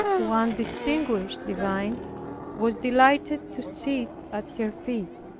one distinguished divine was delighted to sit at her feet.